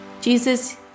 Jesus